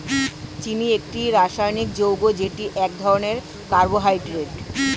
চিনি একটি রাসায়নিক যৌগ যেটি এক ধরনের কার্বোহাইড্রেট